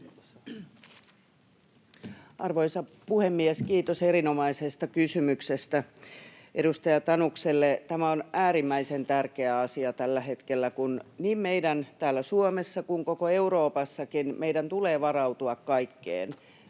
Arvoisa puhemies! Kiitos erinomaisesta kysymyksestä edustaja Tanukselle. Tämä on äärimmäisen tärkeä asia tällä hetkellä, kun niin meidän täällä Suomessa kuin koko Euroopassakin tulee varautua kaikkeen,